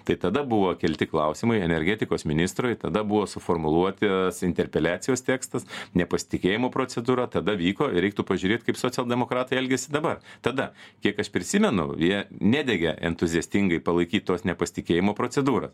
tai tada buvo kelti klausimai energetikos ministrui tada buvo suformuluoti interpeliacijos tekstas nepasitikėjimo procedūra tada vyko ir reiktų pažiūrėt kaip socialdemokratai elgiasi dabar tada kiek aš prisimenu jie nedegė entuziastingai palaikyt tos nepasitikėjimo procedūros